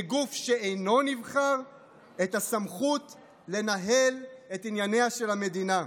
לגוף שאינו נבחר את הסמכות לנהל את ענייניה של המדינה".